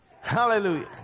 Hallelujah